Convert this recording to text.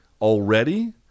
already